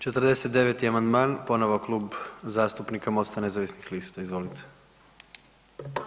49. amandman ponovo Klub zastupnika MOST-a nezavisnih lista, izvolite.